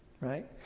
Right